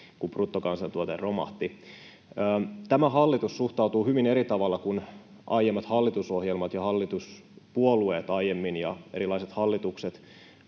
kun bruttokansantuote romahti. Tämä hallitus suhtautuu hyvin eri tavalla kuin aiemmat hallitusohjelmat ja hallituspuolueet aiemmin ja erilaiset hallitukset